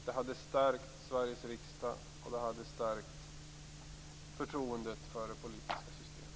Det hade stärkt Sveriges riksdag, och det hade stärkt förtroendet för det politiska systemet.